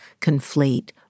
conflate